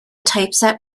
typeset